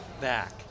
back